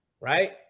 right